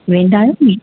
वेंदा आहियो नी